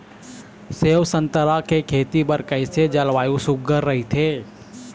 सेवा संतरा के खेती बर कइसे जलवायु सुघ्घर राईथे?